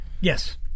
Yes